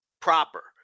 proper